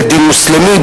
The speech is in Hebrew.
בית-דין מוסלמי,